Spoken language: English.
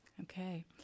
Okay